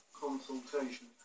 consultation